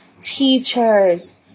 teachers